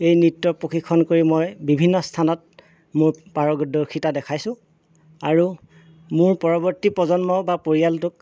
এই নৃত্য প্ৰশিক্ষণ কৰি মই বিভিন্ন স্থানত মোৰ পাৰদৰ্শিতা দেখাইছো আৰু মোৰ পৰৱৰ্তী প্ৰজন্ম বা পৰিয়ালটোক